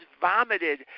vomited